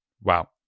Wow